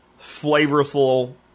flavorful